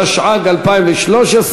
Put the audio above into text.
התשע"ג 2013,